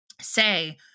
say